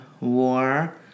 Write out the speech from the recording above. war